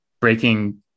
breaking